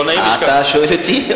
אתה שואל אותי?